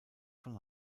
von